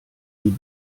die